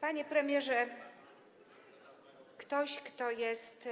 Panie premierze, ktoś, kto jest